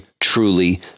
truly